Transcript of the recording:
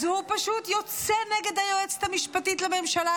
אז הוא פשוט יוצא נגד היועצת המשפטית לממשלה,